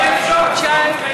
חודשיים?